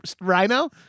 Rhino